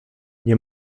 nie